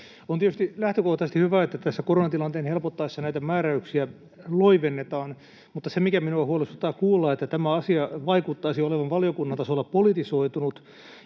On tietysti lähtökohtaisesti hyvä, että tässä koronatilanteen helpottaessa näitä määräyksiä loivennetaan, mutta minua huolestuttaa kuulla, että tämä asia vaikuttaisi olevan valiokunnan tasolla politisoitunut